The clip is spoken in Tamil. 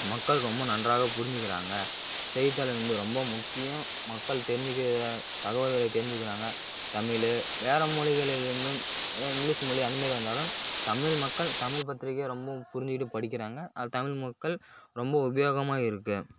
மக்கள் ரொம்ப நன்றாக புரிஞ்சுக்கிறாங்க செய்தித்தாள் என்பது ரொம்ப முக்கியம் மக்கள் தெரிஞ்சுக்கிற தகவல்களை தெரிஞ்சுக்கிறாங்க தமிழு வேற மொழிகளிலிருந்தும் ஏன் இங்கிலீஷ் மொழி அந்தமாரி இருந்தாலும் தமிழ் மக்கள் தமிழ் பத்திரிக்கையை ரொம்பவும் புரிஞ்சுக்கிட்டு படிக்கிறாங்க அது தமிழ் மக்கள் ரொம்ப உபயோகமாக இருக்குது